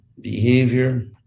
behavior